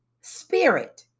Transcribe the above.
spirit